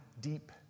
deep